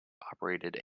operated